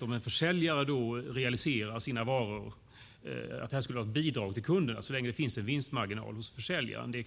Om en försäljare realiserar sina varor rör det sig inte om ett bidrag till kunden - inte så länge det finns en vinstmarginal hos försäljaren. I